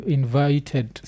invited